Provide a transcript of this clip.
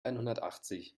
einhundertachtzig